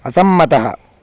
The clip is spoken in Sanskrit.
असम्मतः